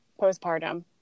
postpartum